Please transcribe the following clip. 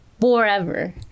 forever